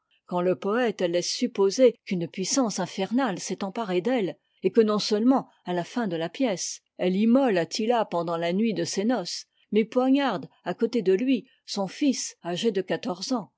quand le poëte laisse supposer qu'une puissance infernale s'est emparée d'elle et que non seu ement à la fin de la pièce elle immole attila pendant la nuit de ses noces mais poignarde à côté de lui son fils âgé de quatorze ans